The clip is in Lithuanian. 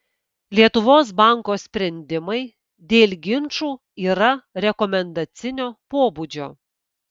lietuvos banko sprendimai dėl ginčų yra rekomendacinio pobūdžio